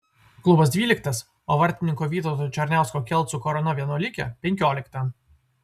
klubas dvyliktas o vartininko vytauto černiausko kelcų korona vienuolikė penkiolikta